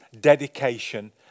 dedication